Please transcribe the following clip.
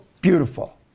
beautiful